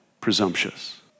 presumptuous